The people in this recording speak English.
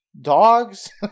dogs